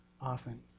often